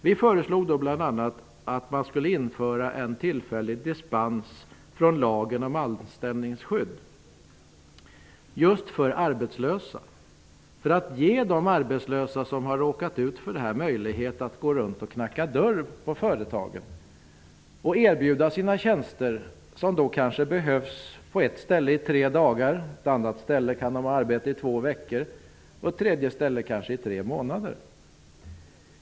Vi föreslog bl.a. en tillfällig dispens från lagen om anställningsskydd just för arbetslösa för att ge dem möjlighet att gå runt och knacka dörr på företagen och erbjuda sina tjänster. De kanske behövs på ett ställe i tre dagar, på ett annat i två veckor och på ett tredje ställe kanske i tre månader.